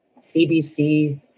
CBC